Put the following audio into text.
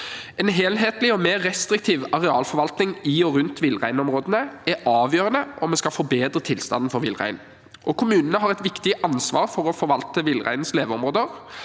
En helhetlig og mer restriktiv arealforvaltning i og rundt villreinområdene er avgjørende om vi skal forbedre tilstanden for villrein. Kommunene har et viktig ansvar for å forvalte villreinens leveområder.